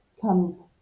comes